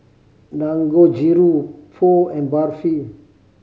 Dangojiru Pho and Barfi